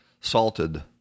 salted